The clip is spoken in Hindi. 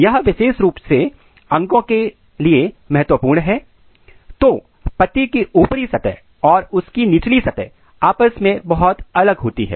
यह विशेष रुप से अंगों के लिए महत्वपूर्ण है तो पत्ती की ऊपरी सतह और उसकी निचली सतह आपस में बहुत अलग होती हैं